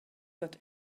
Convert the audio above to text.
that